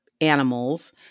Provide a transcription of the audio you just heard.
animals